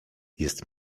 jest